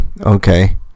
Okay